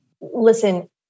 Listen